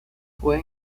fue